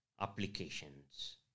applications